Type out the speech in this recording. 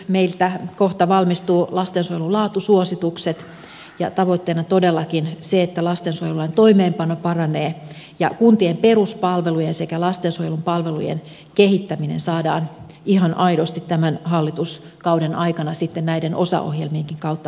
meiltä kohta valmistuvat lastensuojelun laatusuositukset ja tavoitteena todellakin on se että lastensuojelulain toimeenpano paranee ja kuntien peruspalveluja sekä lastensuojelun palvelujen kehittämistä saadaan ihan aidosti tämän hallituskauden aikana sitten näiden osaohjelmienkin kautta parannettua